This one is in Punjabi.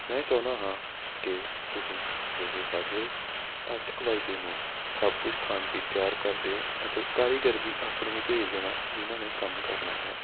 ਮੈਂ ਚਾਹੁੰਦਾ ਹਾਂ ਕਿ ਤੁਸੀਂ ਸਵੇਰੇ ਸਾਜਰੇ ਅੱਠ ਕੁ ਵੱਜਦੇ ਨੂੰ ਸਭ ਕੁਝ ਖਾਣ ਪੀਣ ਤਿਆਰ ਕਰ ਦਿਓ ਅਤੇ ਕਾਰੀਗਰ ਵੀ ਆਪਣੇ ਹੀ ਭੇਜ ਦੇਣਾ ਜਿਨ੍ਹਾਂ ਨੇ ਕੰਮ ਕਰਨਾ ਹੈ